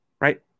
right